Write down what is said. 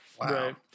wow